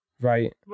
Right